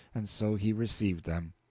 and so he received them.